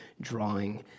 drawing